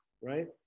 right